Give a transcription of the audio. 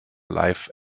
live